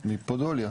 פודולר.